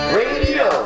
radio